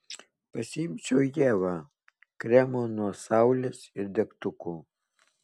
pasiimčiau ievą kremo nuo saulės ir degtukų